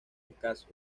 escasos